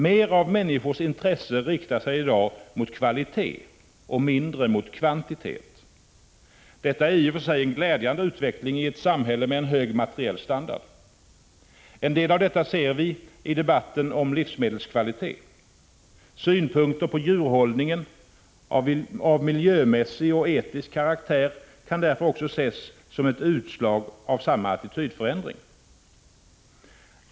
Mer av människors intresse riktar sig i dag mot kvalitet och mindre mot kvantitet. Detta är i och för sig en glädjande utveckling i ett samhälle med en hög materiell standard. En del av detta ser vi i debatten om livsmedelskvalitet. Synpunkter på djurhållningen av miljömässig och etisk karaktär kan därför också ses som ett utslag av samma attitydförändring.